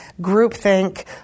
groupthink